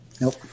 Nope